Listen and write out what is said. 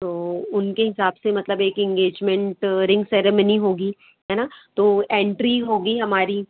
तो उनके हिसाब से मतलब एक इंगेजमेंट रिंग सेरेमनी होगी है न तो एंट्री होगी हमारी